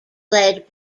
led